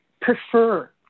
prefer